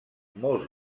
molts